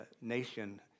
nation